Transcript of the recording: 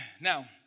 Now